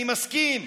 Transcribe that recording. אני מסכים,